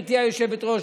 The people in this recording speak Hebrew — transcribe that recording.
גברתי היושבת-ראש,